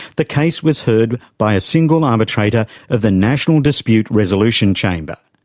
the case was heard by a single arbitrator of the national dispute resolution chamber.